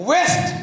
West